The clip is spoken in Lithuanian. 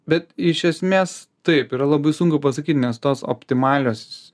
bet iš esmės taip yra labai sunku pasakyt nes tos optimalios